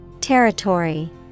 Territory